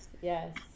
Yes